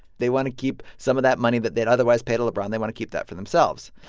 they want to keep some of that money that they'd otherwise pay to lebron they want to keep that for themselves.